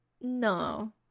No